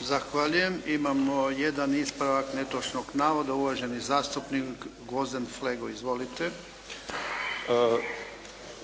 Zahvaljujem. Imamo jedan ispravak netočnog navoda. Uvaženi zastupnik Gvozden Flego. Izvolite. **Flego, Gvozden Srećko (SDP)**